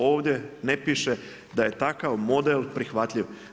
Ovdje ne piše da je takav model prihvatljiv.